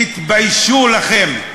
תתביישו לכם.